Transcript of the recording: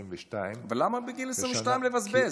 22. אבל למה בגיל 22 לבזבז?